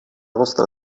vostra